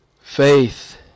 faith